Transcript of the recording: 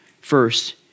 first